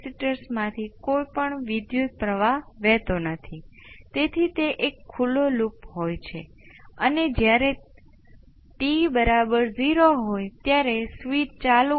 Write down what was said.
તેથી તે બે સાથે તમે આ સિસ્ટમના આ સામાન્ય વિશ્લેષણ સાથે આવી શકો છો કોઈપણ ઇનપુટનો ઉપયોગ કરીને તમે આઉટપુટ શોધી શકશો જેને તમે જાણો છો તે અહીં પ્રવેશશે નહીં અહી તમે તે કોર્સ જોશો